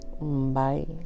Bye